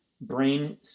brain